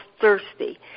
thirsty